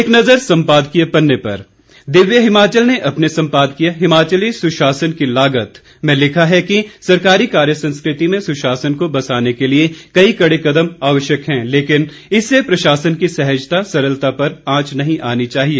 एक नज़र सम्पादकीय पन्ने पर दिव्य हिमाचल ने अपने संपादकीय हिमाचली सुशासन की लागत में लिखा है कि सरकारी कार्यसंस्कृति में सुशासन को बसाने के लिए कई कड़े कदम आवश्यक हैं लेकिन इससे प्रशासन की सहजता सरलता पर आंच नहीं आनी चाहिए